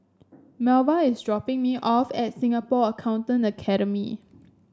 Melva is dropping me off at Singapore Accountancy Academy